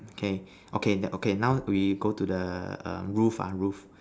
okay okay okay now we go to the um roof ah roof